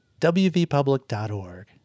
wvpublic.org